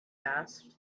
asked